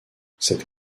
cette